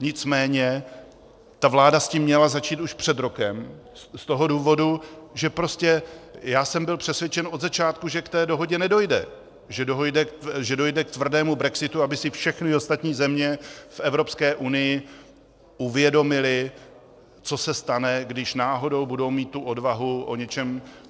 Nicméně ta vláda s tím měla začít už před rokem z toho důvodu, že prostě já jsem byl přesvědčen od začátku, že k té dohodě nedojde, že dojde k tvrdému brexitu, aby si všechny ostatní země v Evropské unii uvědomily, co se stane, když náhodou budou mít tu odvahu